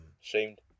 Shamed